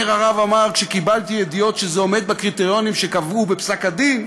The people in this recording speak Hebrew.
אומר הרב עמאר: כשקיבלתי ידיעות שזה עומד בקריטריונים שקבענו בפסק-הדין,